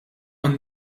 għan